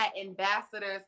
ambassadors